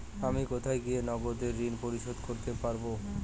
আমি কোথায় গিয়ে নগদে ঋন পরিশোধ করতে পারবো?